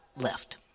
left